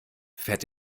fährt